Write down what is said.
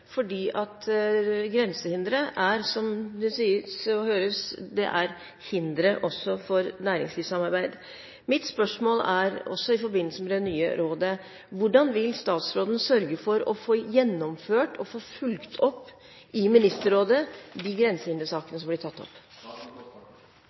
fordi grensehindre er, som det sies og man hører, hindre også for næringslivssamarbeid. Mitt spørsmål er, også i forbindelse med det nye rådet: Hvordan vil statsråden sørge for å få gjennomført og fulgt opp i Ministerrådet de